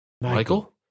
Michael